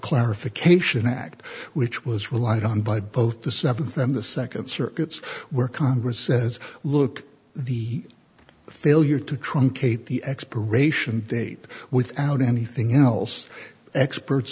clarification act which was relied on by both the seventh and the second circuits where congress says look the failure to truncate the expiration date without anything else experts